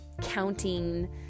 counting